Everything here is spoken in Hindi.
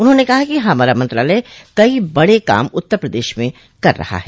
उन्होंने कहा कि हमारा मंत्रालय कई बड़े काम उत्तर प्रदेश में कर रहा है